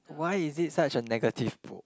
why is it such a negative book